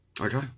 Okay